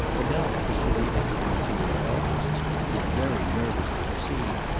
a doubt as to the excellence of their artists is very nervously received,